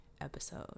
episode